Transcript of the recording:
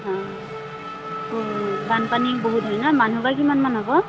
অঁ অঁ বানপানী বহুত হয় ন মানুহবা কিমানমান হ'ব